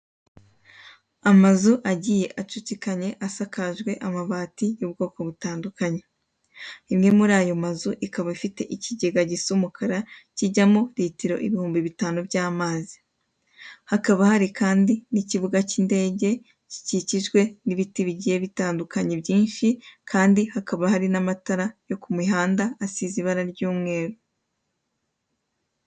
Amazu agiye acucikanye asakajwe amabati y'ubwoko butandukanye imwe muri ayo mazu ikaba ifite ikigega gisa umukara kiijyamo ritiro ibihumbi bitanu by'amazi, hakaba hari kandi n'ikibuga k'indege gikikijwe n'ibiti bigiye bitandukanye byinshi kandi hakaba hari n'amatara asize irangi ry'umweru.